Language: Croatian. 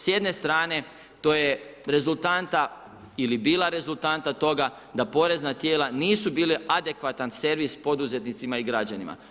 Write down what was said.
S jedne strane to je rezultanta ili bila rezultanta toga da porezna tijela nisu bile adekvatan servis poduzetnicima i građanima.